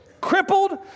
crippled